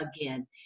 again